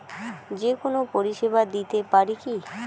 যে কোনো পরিষেবা দিতে পারি কি?